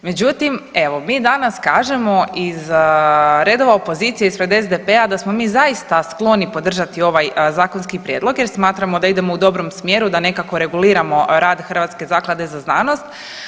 Međutim, evo mi danas kažemo iz redova opozicije, ispred SDP-a da smo mi zaista skloni podržati ovaj zakonski prijedlog jer smatramo da idemo u dobrom smjeru, da nekako reguliramo rad Hrvatske zaklade za znanost.